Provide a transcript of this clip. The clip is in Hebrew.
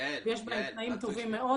יש בהן תנאים טובים מאוד.